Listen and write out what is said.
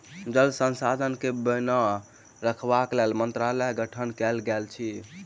जल संसाधन के बनौने रखबाक लेल मंत्रालयक गठन कयल गेल अछि